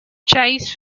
chase